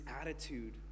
attitude